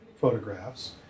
photographs